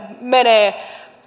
menee